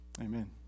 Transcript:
Amen